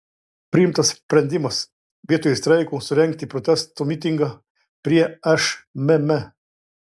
priimtas sprendimas vietoje streiko surengti protesto mitingą prie šmm